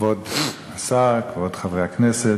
כבוד השר, כבוד חברי הכנסת,